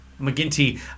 McGinty